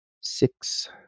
six